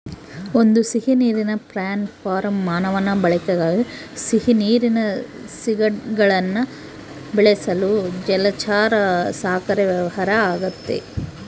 ಒಂದು ಸಿಹಿನೀರಿನ prawn farm ಮಾನವನ ಬಳಕೆಗಾಗಿ ಸಿಹಿನೀರಿನ ಸೀಗಡಿಗುಳ್ನ ಬೆಳೆಸಲು ಜಲಚರ ಸಾಕಣೆ ವ್ಯವಹಾರ ಆಗೆತೆ